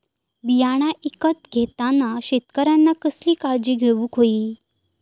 बियाणा ईकत घेताना शेतकऱ्यानं कसली काळजी घेऊक होई?